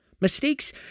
Mistakes